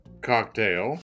cocktail